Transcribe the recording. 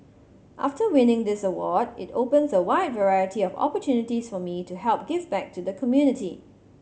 after winning this award it opens a wide variety of opportunities for me to help give back to the community